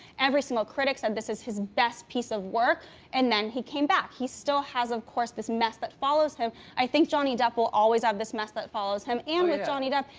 every single critic said this is his best piece of work and then he came back. he still has, of course, this mess that follows him. i think johnny depp will always have um this mess that follows him and with johnny depp,